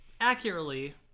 Accurately